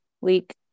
Week